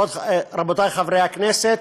רבותי חברי הכנסת,